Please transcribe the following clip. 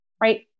right